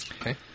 Okay